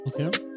Okay